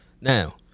Now